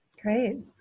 Great